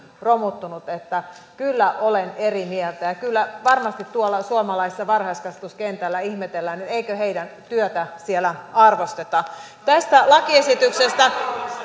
romuttunut että kyllä olen eri mieltä ja kyllä varmasti tuolla suomalaisella varhaiskasvatuskentällä ihmetellään eikö heidän työtään siellä arvosteta tästä lakiesityksestä